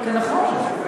זה נכון.